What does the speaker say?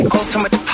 ultimate